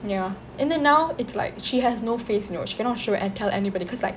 ya and then now it's like she has no face you know she cannot show and tell anybody cause like